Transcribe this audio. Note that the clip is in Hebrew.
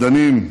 מדענים,